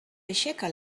aixeca